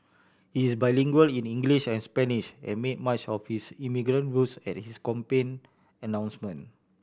he is bilingual in English and Spanish and made much of his immigrant roots at his campaign announcement